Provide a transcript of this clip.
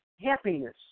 happiness